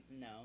No